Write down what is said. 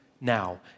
now